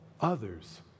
others